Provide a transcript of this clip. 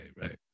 right